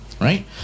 right